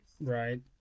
Right